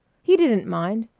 he didn't mind.